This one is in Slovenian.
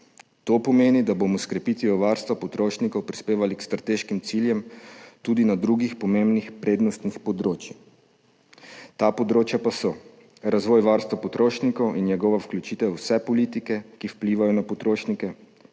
To pomeni, da bomo s krepitvijo varstva potrošnikov prispevali k strateškim ciljem tudi na drugih pomembnih prednostnih področjih. Ta področja pa so razvoj varstva potrošnikov in njegova vključitev v vse politike, ki vplivajo na potrošnike,